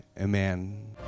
Amen